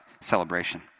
celebration